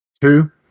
two